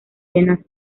jenna